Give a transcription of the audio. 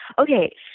Okay